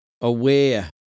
aware